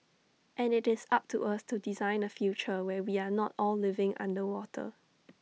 and IT is up to us to design A future where we are not all living underwater